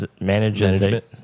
management